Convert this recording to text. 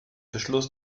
beschluss